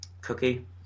Cookie